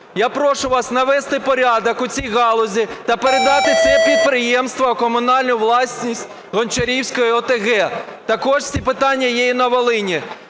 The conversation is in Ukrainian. Я прошу вас навести порядок у цій галузі та передати це підприємство у комунальну власність Гончарівської ОТГ. Також ці питання є і на Волині.